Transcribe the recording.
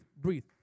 breathe